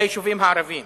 ליישובים הערביים.